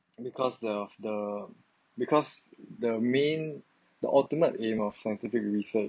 because of the because the main the ultimate aim of scientific research